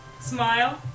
smile